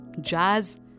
jazz